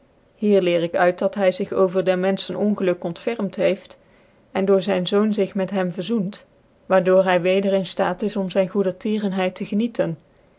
hier jeer ik uit du hy zig over der menfehen ongeluk ontfermt heeft en door zyn zoon z g met hem verzoent waardoor hy weder in ftaat is om zyn goedertierenhett te genieten